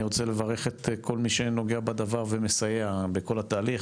אני רוצה לברך את כל מי שנוגע בדבר ומסייע בכל התהליך,